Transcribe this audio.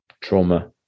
trauma